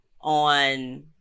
on